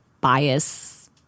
bias